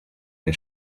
der